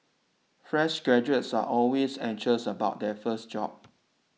fresh graduates are always anxious about their first job